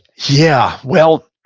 yeah, well,